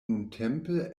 nuntempe